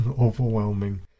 overwhelming